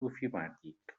ofimàtic